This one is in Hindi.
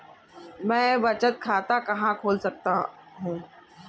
मैं बचत खाता कहाँ खोल सकता हूँ?